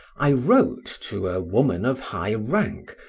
i wrote to a woman of high rank,